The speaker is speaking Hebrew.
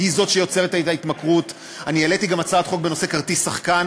שפל שלא היה במדינת ישראל.